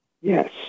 Yes